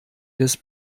des